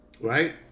right